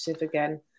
again